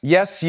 Yes